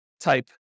type